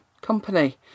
company